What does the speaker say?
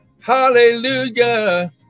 Hallelujah